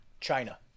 China